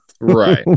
right